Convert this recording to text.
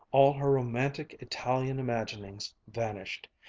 all her romantic italian imaginings vanished.